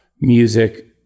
music